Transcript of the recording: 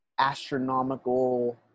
astronomical